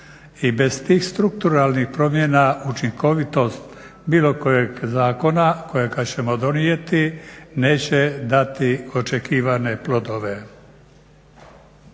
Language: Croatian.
i bez tih strukturalnih promjena učinkovitost bilo kojeg zakona kojega ćemo donijeti neće dati očekivane plodove.